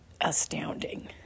astounding